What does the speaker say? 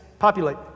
Populate